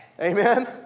Amen